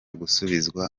gusubizwa